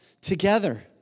together